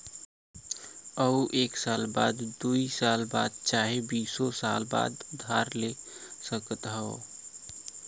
ऊ एक साल बदे, दुइ साल बदे चाहे बीसो साल बदे उधार ले सकत हौ